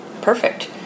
perfect